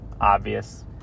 obvious